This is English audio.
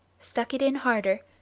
stuck it in harder,